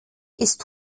ist